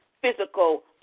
physical